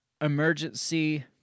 emergency